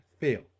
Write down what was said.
fail